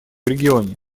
регионе